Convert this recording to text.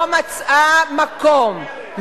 לא מצאה מקום,